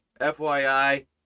fyi